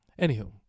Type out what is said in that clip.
Anywho